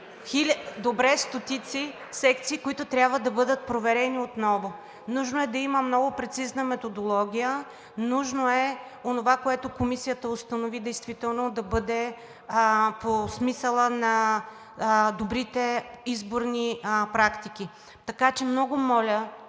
Добре, стотици секции, които трябва да бъдат проверени отново. Нужно е да има много прецизна методология, нужно е онова, което комисията установи, действително да бъде по смисъла на добрите изборни практики. Така че много моля